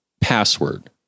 password